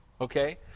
Okay